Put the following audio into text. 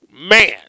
man